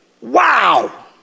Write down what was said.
wow